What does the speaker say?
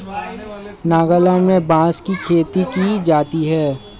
नागालैंड में बांस की खेती की जाती है